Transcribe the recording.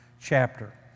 chapter